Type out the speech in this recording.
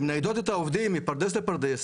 שמניידות את העובדים מפרדס לפרדס.